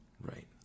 right